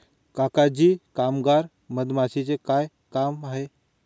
काका जी कामगार मधमाशीचे काय काम आहे